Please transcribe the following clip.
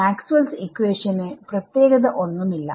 Maxwell's ഇക്വേഷന് maxwells equation പ്രത്യേകത ഒന്നുമില്ല